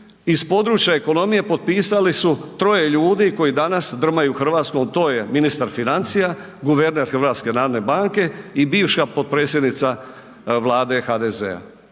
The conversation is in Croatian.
iz područja ekonomije potpisali su troje ljudi koji danas drmaju Hrvatskom, to je ministar financija, guverner HNB-a i bivša potpredsjednica Vlade HDZ-a,